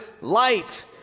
light